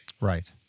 Right